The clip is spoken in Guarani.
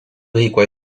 hikuái